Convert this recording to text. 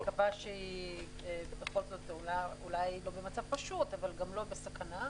אני מקווה שהיא בכל זאת אולי לא במצב פשוט אבל גם לא בסכנה.